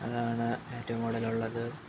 അതാണ് ഏറ്റവും കൂടുതലുള്ളത്